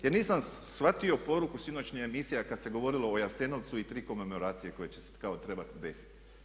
Jer nisam shvatio poruku sinoćnje emisije a kad se govorilo o Jasenovcu i tri komemoracije koje će se kao trebati desiti.